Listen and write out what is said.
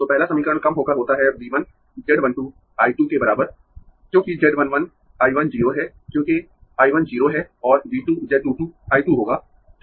तो पहला समीकरण कम होकर होता है V 1 Z 1 2 I 2 के बराबर क्योंकि Z 1 1 I 1 0 है क्योंकि I 1 0 है और V 2 Z 2 2 I 2 होगा